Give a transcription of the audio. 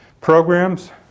Programs